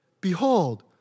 Behold